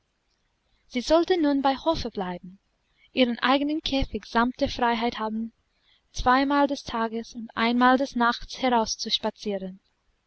sie sollte nun bei hofe bleiben ihren eigenen käfig samt der freiheit haben zweimal des tages und einmal des nachts heraus